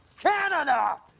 Canada